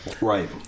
right